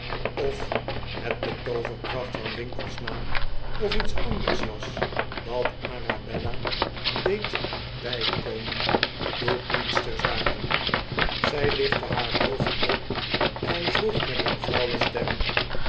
of het de tooverkracht van winkle's naam of iets anders was dat arabella deed bij komen doet niets ter zake zij tichtte haar hoofd op en vroeg met een flauwe stem